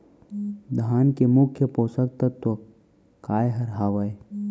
धान के मुख्य पोसक तत्व काय हर हावे?